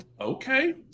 okay